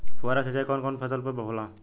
फुहार सिंचाई कवन कवन फ़सल पर होला?